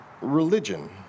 religion